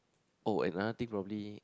oh and another thing probably